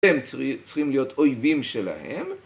הם צריכים להיות אויבים שלהם